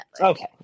Okay